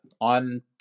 on